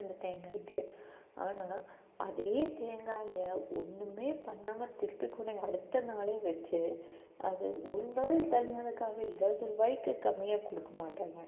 அந்த தேங்காய்க்கு ஆனால் அதே தேங்காயை ஒன்றுமே பண்ணாமல் திருப்பி கொண்டு போய் அடுத்த நாளே வைச்சு அது ஒரு நாள் டைம் ஆனாதுக்காக இருவது ரூபாய்க்கு கம்மியாக கொடுக்க மாட்டாங்க